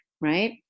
right